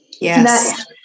Yes